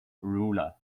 ruler